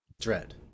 dread